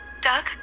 doug